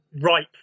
ripe